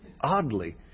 oddly